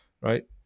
right